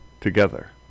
together